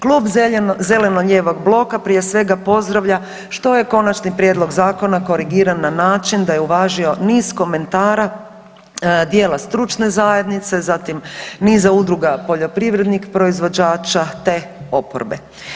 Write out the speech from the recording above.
Klub zeleno-lijevom bloka, prije svega pozdravlja što je Konačni prijedlog zakona korigiran na način da je uvažio niz komentara dijela stručne zajednice, zatim niza udruga poljoprivrednih proizvođača te oporbe.